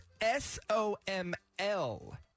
S-O-M-L